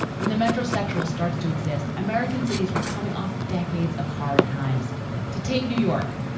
when the metro sexual starts to exist, american cities were coming off. decades of hard times to take new york.